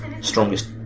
strongest